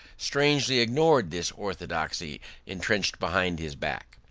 strangely ignored this orthodoxy entrenched behind his back.